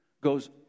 goes